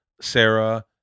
Sarah